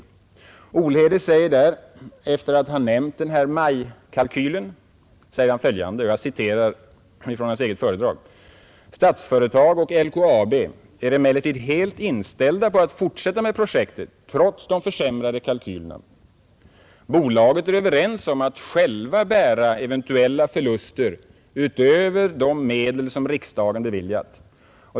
Herr Olhede säger, efter att ha nämnt majkalkylen, följande — jag citerar ur hans eget föredrag: ”Statsföretag och LKAB är emellertid helt iinställda på att fortsätta med projektet trots de försämrade kalkylerna. Bolagen är överens om att själva" bära eventuella förluster utöver de medel som riksdagen beviljat.